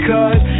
Cause